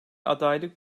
adaylık